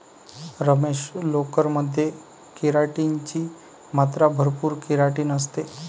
रमेश, लोकर मध्ये केराटिन ची मात्रा भरपूर केराटिन असते